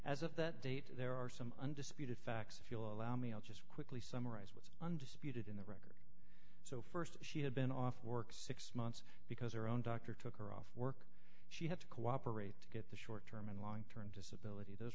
if that date there are some undisputed facts if you'll allow me i'll just quickly summarize what's undisputed in the record so st she had been off work six months because her own doctor took her off work she had to cooperate to get the short term and long term disability those